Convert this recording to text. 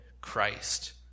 Christ